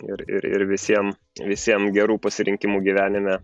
ir ir visiem visiem gerų pasirinkimų gyvenime